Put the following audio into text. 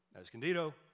Escondido